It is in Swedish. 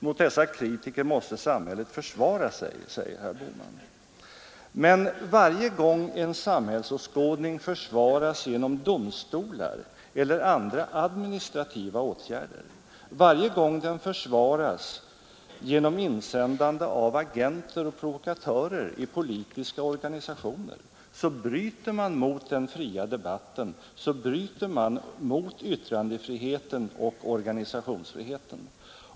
Mot dessa kritiker måste samhället försvara sig, säger herr Bohman. Men varje gång en samhällsåskådning försvaras genom domstolar eller genom administrativa åtgärder i annan ordning, varje gång en samhällsåskådning försvaras genom insändande av agenter och provokatörer i politiska organisationer bryter man mot den fria debatten, mot yttrandefriheten och mot organisationsfriheten.